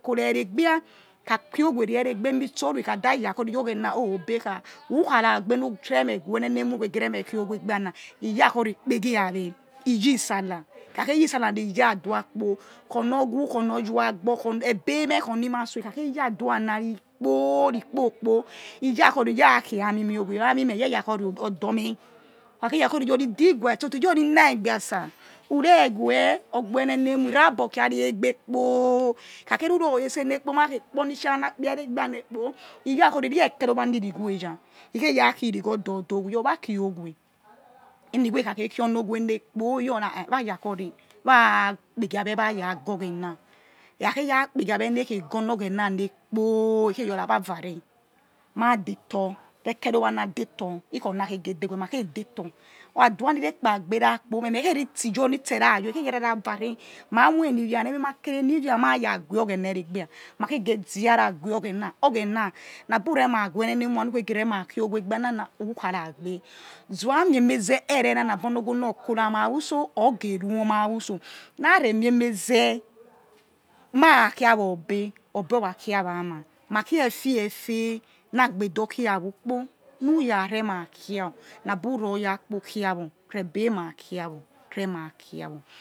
Khora eregbla ikha khio owe re emi tso ruikha dayakhore iyo oĝhena̠ obo khia who khara gbe̠ ureme weh enenmua uremekhowe egbia na iyakhore ikpego awe̠ he̠ yi̠ sallah ikha, khe yi̱ sallah ne̱ iya adua kpo̱ khi onor vwho khi onor your agbor khe kheya-adua na ri̠ kpo ri kpo kpo ijako reh̠ iria̠ ri ami meh owe̠ ami me̠h ye ya khore odor meh̠ okha, khe ya khore ido. iguwa stotor he̠ yor̠ ri naigbia sir ureguwe ogbor enenewa̠ ir̠obor khi re̠ egbe kpo he kha kheru resene kpo ma̠ khe kpo nitsa na kpe eregbia ne̠ kpo, iyakhore iye ekerowa neh̠ irigho eya ikhe ya khi hirigho odor orda owe̠ iowa khi owe eni iri gho eh kha khe khio no̠r owe kpo iyor ra ha wa ya khore̠ wa ya kpeghi, have wa̠ ya ga̠ oghena̠ ekhakhe y'a kpeghi awe ne̠ khei ga oni oghena ne̠ kpo o̠ he khe yiora wavare ma de tor ekerowa na detor ikhi onar khege dewe ma̠ khe detor adua̠ ni̠, re̱ kpa gbera kpo me̱h meh he̱ khei ri̱ he̱ tse iyor nitsera yor nî tsera you he khei yor erara vare ma̠ moi eni viana emima kere ni ivia mara gu̍we oghena erebia ma khege̠, zi ha̠ ra guwe oghena oghena na bu re ma weh̠ enene ewa nu khei geh re̠ ma khi owe egbianana ukhara gbe̠ zuwa mi eme ze he re na na abi owo khora ma̠ utso̠ or̠ ghe̠ ro wa, ma utso̠ na̠ re̠ mi emezeh marakhia wa̠ obe̠ obe̠ or̠ ra̠ khia wa ma̠ ma̠ khia efie efie na̠ agbede or̠ khia wi ukpo ni ura re ma khia wor̠ na̠ bu̠ ror̠ oyakpo khia wor re̠ egbe̠h ma̠, khia o. rema khia